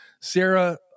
sarah